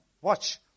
watch